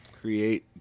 Create